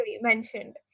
mentioned